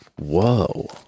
whoa